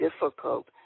difficult